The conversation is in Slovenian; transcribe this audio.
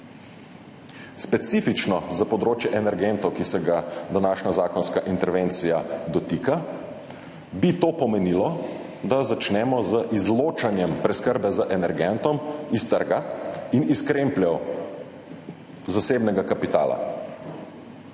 Specifično za področje energentov, ki se ga današnja zakonska intervencija dotika, bi to pomenilo, da začnemo z izločanjem preskrbe z energentom iz trga in iz krempljev zasebnega kapitala.